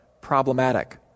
problematic